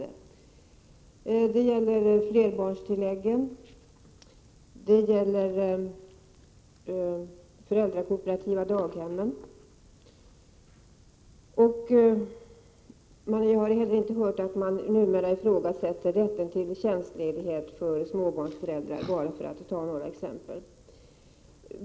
Det gäller flerbarnstilläggen och de föräldrakooperativa daghemmen. Jag har heller inte hört att socialdemokraterna numera ifrågasätter rätten till tjänstledighet för småbarnsföräldrar — för att ta några exempel.